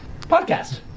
Podcast